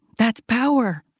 that's power.